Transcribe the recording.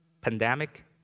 pandemic